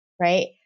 right